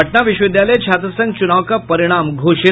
पटना विश्वविद्यालय छात्र संघ च्रनाव का परिणाम घोषित